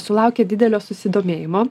sulaukė didelio susidomėjimo